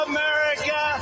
America